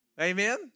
Amen